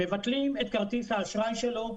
מבטלים את כרטיס האשראי שלו,